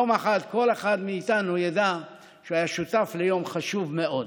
יום אחד כל אחד מאיתנו ידע שהוא היה שותף ליום חשוב מאוד.